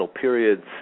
periods